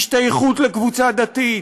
השתייכות לקבוצה דתית,